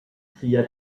cria